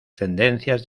tendencias